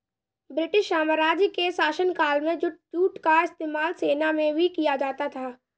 British साम्राज्य के शासनकाल में जूट का इस्तेमाल सेना में भी किया जाता था